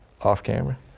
off-camera